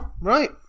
right